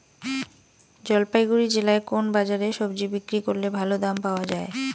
জলপাইগুড়ি জেলায় কোন বাজারে সবজি বিক্রি করলে ভালো দাম পাওয়া যায়?